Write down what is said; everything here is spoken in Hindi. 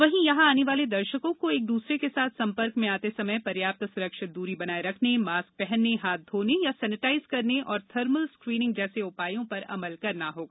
वहीं यहां आने वाले दर्शकों को एक दूसरे के साथ संपर्क में आते समय पर्याप्त सुरक्षित दूरी बनाये रखने मास्क पहनने हाथ धोने या सेनिटाइज करने और थर्मल स्क्रीनिंग जैसे उपायों पर अमल करना होगा